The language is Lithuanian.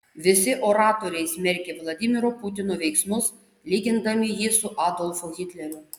visi oratoriai smerkė vladimiro putino veiksmus lygindami jį su adolfu hitleriu